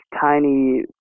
tiny